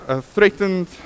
threatened